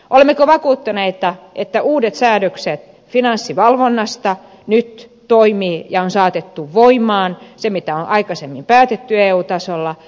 olemmeko vakuuttuneita että uudet säädökset finanssivalvonnasta nyt toimivat ja on saatettu voimaan se mitä on aikaisemmin päätetty eu tasolla